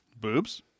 Boobs